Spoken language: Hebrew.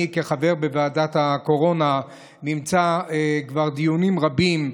אני כחבר בוועדת הקורונה נמצא כבר דיונים רבים,